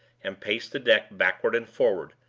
and pace the deck backward and forward,